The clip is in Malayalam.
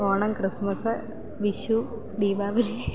ഓണം ക്രിസ്മസ്സ് വിഷു ദീപാവലി